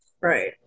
Right